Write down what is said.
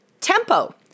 tempo